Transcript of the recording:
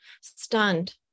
stunned